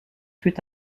fut